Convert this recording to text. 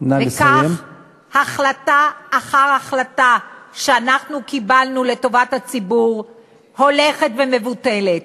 וכך החלטה אחר החלטה שאנחנו קיבלנו לטובת הציבור הולכת ומבוטלת.